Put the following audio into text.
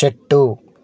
చెట్టు